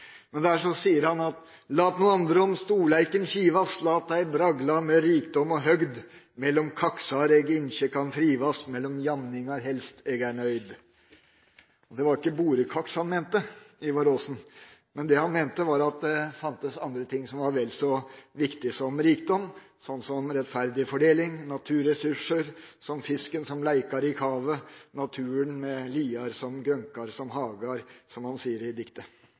sier han: «Lat no andre om Storleiken kivast, Lat deim bragla med Rikdom og Høgd! Millom Kaksar eg litet kann trivast, Millom Jamningar helst er eg nøgd.» Det var ikke borekaks han mente, Ivar Aasen – det han mente, var at det fantes andre ting som var vel så viktige som rikdom, som rettferdig fordeling og naturressurser, at «der leikade Fisk ned i Kavet» og naturen med «naar Liderna grønka som Hagar», som han sier i diktet.